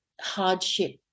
hardship